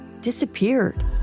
disappeared